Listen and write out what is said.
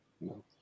No